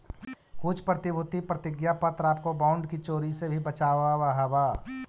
कुछ प्रतिभूति प्रतिज्ञा पत्र आपको बॉन्ड की चोरी से भी बचावअ हवअ